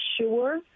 sure